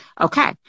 Okay